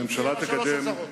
אני אוציא אחרי שלוש אזהרות.